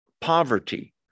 poverty